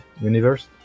universe